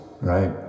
right